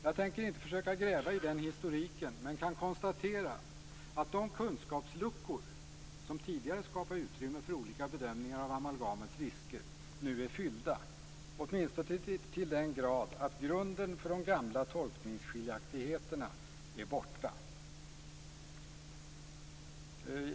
Jag tänker inte försöka gräva i den historiken men kan konstatera att de kunskapsluckor som tidigare skapade utrymme för olika bedömningar av amalgamets risker nu är fyllda, åtminstone till den grad att grunden för de gamla tolkningsskiljaktigheterna är borta.